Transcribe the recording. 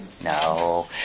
No